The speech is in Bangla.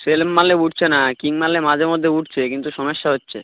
সেলফ মারলে উঠছে না কিক মারলে মাঝে মধ্যে উঠছে কিন্তু সমস্যা হচ্ছে